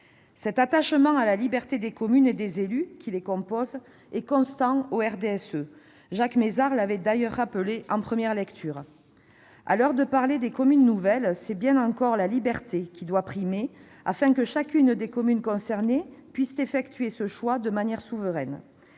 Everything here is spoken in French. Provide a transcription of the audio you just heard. Cet attachement à la liberté des communes et des élus qui les composent est constant au RDSE ; Jacques Mézard l'avait d'ailleurs rappelé en première lecture. À l'heure de parler des communes nouvelles, c'est bien encore la liberté qui doit primer afin que chacune des communes concernées puisse effectuer ce choix de manière souveraine.